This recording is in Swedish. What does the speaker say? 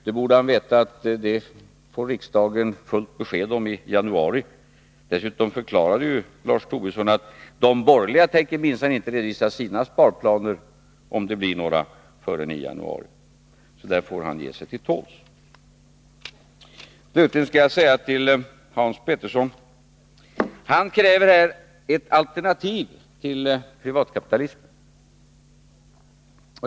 Han borde veta att det får riksdagen besked om i januari. Dessutom förklarade ju Lars Tobisson att de borgerliga minsann inte tänker redovisa sina sparplaner — om det blir några — förrän i januari. Rolf Wirtén får alltså ge sig till tåls. Slutligen några ord till Hans Petersson i Hallstahammar. Han kräver ett alternativ till privatkapitalismen.